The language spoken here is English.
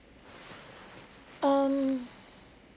um